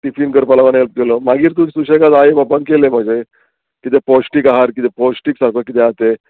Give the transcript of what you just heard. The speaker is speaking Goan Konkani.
टिफीन करपा लागून हेल्प केलो मागीर तूं सुशेगाद आई ओपन केलें म्हजें किदें पौश्टीक आहार कितें पौश्टीक सारको किदें आहा तें